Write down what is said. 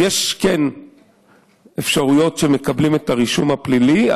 אז כן יש אפשרויות לקבל את הרישום הפלילי,